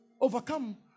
overcome